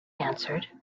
answered